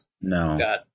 No